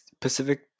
pacific